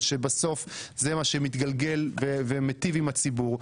שבסוף זה מה שמתגלגל ומיטיב עם הציבור.